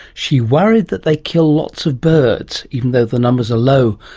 she worried that they kill lots of birds, even though the numbers are low,